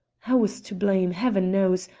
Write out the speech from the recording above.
i was to blame, heaven knows!